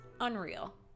unreal